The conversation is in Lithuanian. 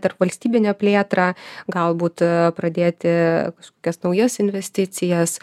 tarpvalstybinę plėtrą galbūt pradėti kažkokias naujas investicijas